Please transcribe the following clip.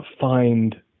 find